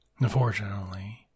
unfortunately